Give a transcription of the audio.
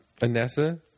Anessa